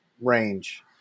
range